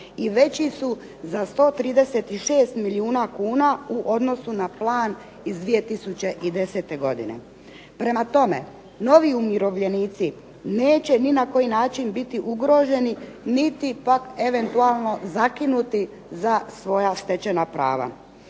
i veći su za 136 milijuna kuna u odnosu na plan iz 2010. godine. Prema tome, novi umirovljenici neće ni na koji način biti ugroženi niti pak eventualno zakinuti za svoja stečena prava.